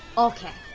ok,